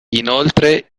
inoltre